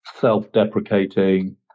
self-deprecating